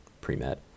pre-med